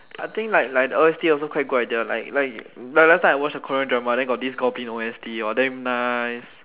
I think like like the O_S_T also quite good idea like like like last time I watch a Korean drama then got this goblin O_S_T hor damn nice